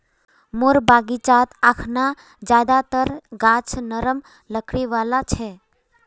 मोर बगीचात अखना ज्यादातर गाछ नरम लकड़ी वाला छ